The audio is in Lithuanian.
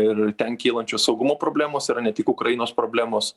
ir ten kylančios saugumo problemos yra ne tik ukrainos problemos